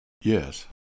Yes